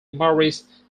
maurice